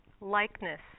likeness